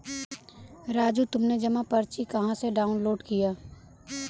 राजू तुमने जमा पर्ची कहां से डाउनलोड किया?